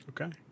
Okay